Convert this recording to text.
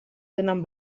tenen